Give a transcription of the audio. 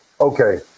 Okay